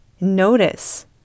Notice